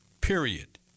period